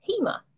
HEMA